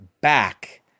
back